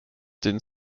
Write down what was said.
den